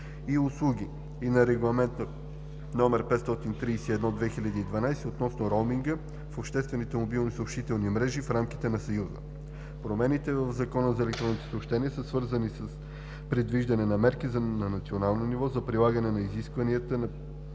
и услуги и на Регламент (ЕС) № 531/2012 относно роуминга в обществени мобилни съобщителни мрежи в рамките на Съюза. Промените в ЗЕС са свързани с предвиждане на мерки на национално ниво за прилагането на изискванията на